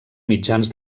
mitjans